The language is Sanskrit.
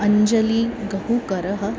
अञ्जली गहुकरः